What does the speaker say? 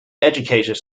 educated